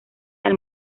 del